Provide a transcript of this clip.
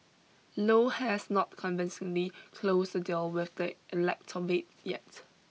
low has not convincingly closed the deal with the electorate yet